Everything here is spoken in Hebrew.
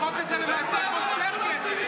החוק הזה למעשה חוסך כסף.